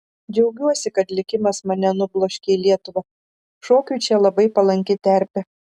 džiaugiuosi kad likimas mane nubloškė į lietuvą šokiui čia labai palanki terpė